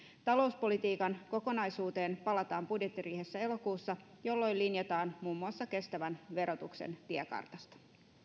talouspolitiikan kokonaisuuteen palataan budjettiriihessä elokuussa jolloin linjataan muun muassa kestävän verotuksen tiekartasta